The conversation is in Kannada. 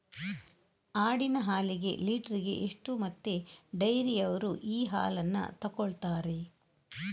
ಆಡಿನ ಹಾಲಿಗೆ ಲೀಟ್ರಿಗೆ ಎಷ್ಟು ಮತ್ತೆ ಡೈರಿಯವ್ರರು ಈ ಹಾಲನ್ನ ತೆಕೊಳ್ತಾರೆ?